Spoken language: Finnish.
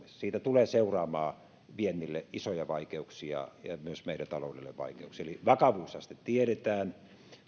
siitä tulee seuraamaan viennille isoja vaikeuksia ja myös meidän taloudelle vaikeuksia eli vakavuusaste tiedetään